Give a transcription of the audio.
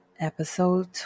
episode